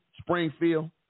springfield